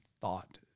thought